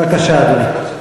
בבקשה, אדוני.